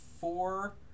four